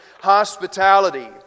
hospitality